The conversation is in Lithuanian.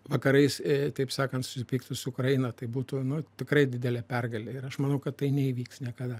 vakarais taip sakant susipyktų su ukraina tai būtų na tikrai didelė pergalė ir aš manau kad tai neįvyks niekada